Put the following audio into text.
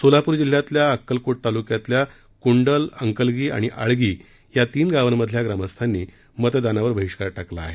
सोलापूर जिल्ह्यातल्या अक्कलकोट तालुक्यातल्या कुंडल अंकलगी आणि आळगी या तीन गावांतल्या ग्रामस्थांनी मतदानावर बहिष्कार टाकला आहे